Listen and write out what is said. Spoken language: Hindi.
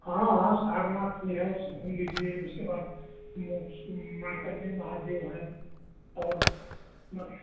हाँ हाँ सारनाथ भी है सोहम भी जी है उसके बाद मोक्ष मार्कन्डेय महादेव हैं और मतलब